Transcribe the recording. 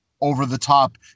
over-the-top